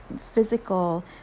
physical